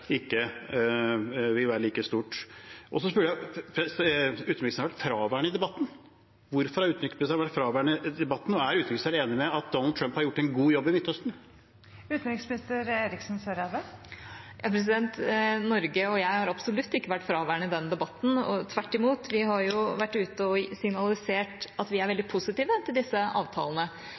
ikke vil være like stort. Utenriksministeren har vært fraværende i debatten. Hvorfor har utenriksministeren vært fraværende i debatten? Og er utenriksministeren enig i at Donald Trump har gjort en god jobb i Midtøsten? Norge og jeg har absolutt ikke vært fraværende i denne debatten. Tvert imot har vi vært ute og signalisert at vi er veldig positive til disse avtalene.